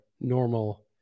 normal